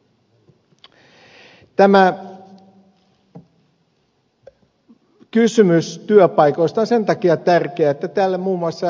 tämä kysymys työpaikoista on sen takia tärkeä että täällä muun muassa ed